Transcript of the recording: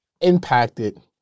impacted